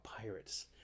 pirates